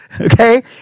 Okay